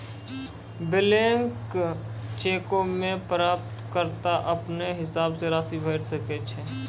blank चेको मे प्राप्तकर्ता अपनो हिसाबो से राशि भरि सकै छै